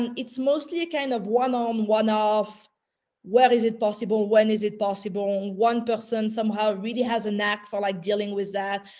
and it's mostly a kind of one on um one off where is it possible? when is it possible? one person somehow really has a knack for like dealing with that.